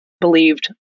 believed